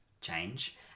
change